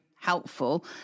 helpful